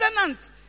tenants